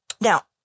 Now